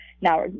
now